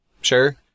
Sure